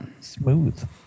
Smooth